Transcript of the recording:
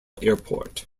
airport